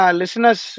listeners